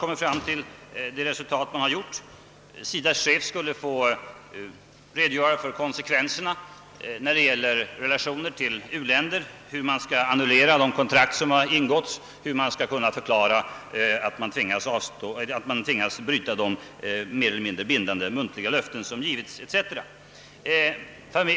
SIDA:s chef skulle få redogöra för konsekvenserna av nedprutningarna, hur man skall annullera kontrakt som ingåtts, hur man skall förklara att man tvingas bryta de mer eller mindre bindande muntliga löften som givits etc.